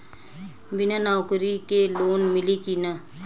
बिना नौकरी के लोन मिली कि ना?